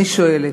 אני שואלת: